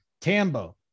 Tambo